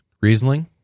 Riesling